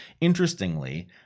Interestingly